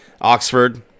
oxford